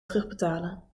terugbetalen